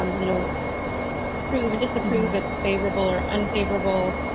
um you know proven disapprove, it's favorable or unfavorable.